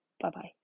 Bye-bye